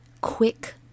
quick